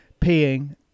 peeing